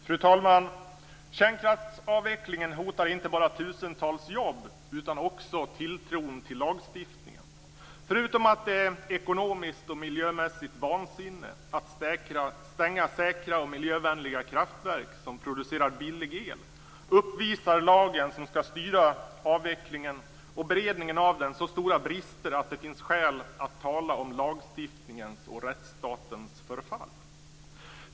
Fru talman! Kärnkraftsavvecklingen hotar inte bara tusentals jobb utan också tilltron till lagstiftningen. Förutom att det är ekonomiskt och miljömässigt vansinne att stänga säkra och miljövänliga kraftverk som producerar billig el uppvisar lagen som skall styra avvecklingen och beredningen av den så stora brister att det finns skäl att tala om lagstiftningens och rättsstatens förfall.